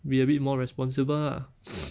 be a bit more responsible lah